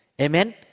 Amen